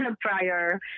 prior